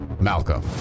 Malcolm